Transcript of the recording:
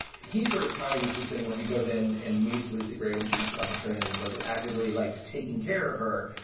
he's sort of pinder's this thing where he goes in and meets lizzie ray when she gets off the train and is like actively like taking care of her.